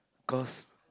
cause